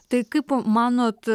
tai kaip manot